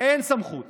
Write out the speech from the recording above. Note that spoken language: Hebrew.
אין סמכות